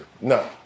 No